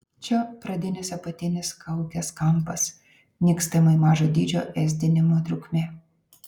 čia pradinis apatinis kaukės kampas nykstamai mažo dydžio ėsdinimo trukmė